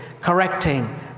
correcting